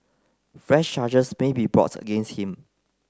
fresh charges may be brought against him